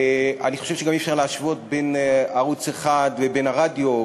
אני חושב שגם אי-אפשר להשוות בין ערוץ 1 לבין הרדיו.